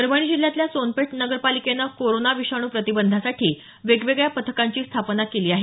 परभणी जिल्ह्यातल्या सोनपेठ नगरपालिकेनं कोरोना विषाणू प्रतिबंधासाठी वेगवेगळ्या पथकांची स्थापना केली आहे